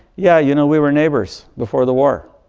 yeah, you know, we were neighbors before the war.